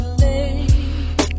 late